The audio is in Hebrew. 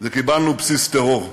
וקיבלנו בסיס טרור.